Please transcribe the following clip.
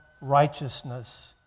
righteousness